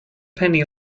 penny